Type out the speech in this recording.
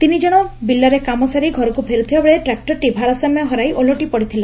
ତିନି ଜଣ ବିଲରେ କାମ ସାରି ଘରକୁ ଫେରୁଥିବାବେଳେ ଟ୍ରାକୁରଟି ଭାରସାମ୍ୟ ହରାଇ ଓଲଟି ପଡ଼ିଥିଲା